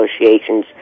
Association's